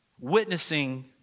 witnessing